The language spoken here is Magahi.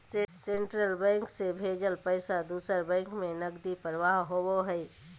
सेंट्रल बैंक से भेजल पैसा दूसर बैंक में नकदी प्रवाह होबो हइ